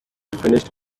finished